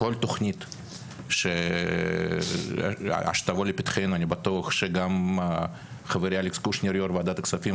כל תכנית שתבוא לפתחנו אני בטוח שגם חברי אלכס קושניר יו"ר ועדת הכספים,